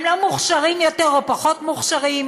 הם לא מוכשרים יותר או פחות מוכשרים,